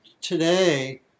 today